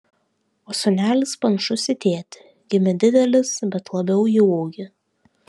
o sūnelis panašus į tėtį gimė didelis bet labiau į ūgį